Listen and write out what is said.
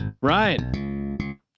Ryan